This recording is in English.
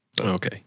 Okay